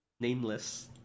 Nameless